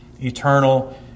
Eternal